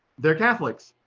they're catholics,